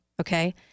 Okay